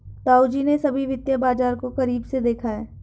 ताऊजी ने सभी वित्तीय बाजार को करीब से देखा है